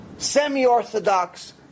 semi-orthodox